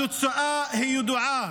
התוצאה ידועה,